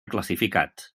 classificats